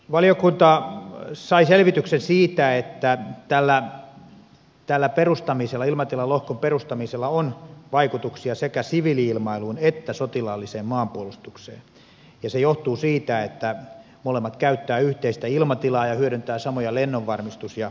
valiokunta sai selvityksen siitä että tällä ilmatilan lohkon perustamisella on vaikutuksia sekä siviili ilmailuun että sotilaalliseen maanpuolustukseen ja se johtuu siitä että molemmat käyttävät yhteistä ilmatilaa ja hyödyntävät samoja lennonvarmistus ja sääpalveluja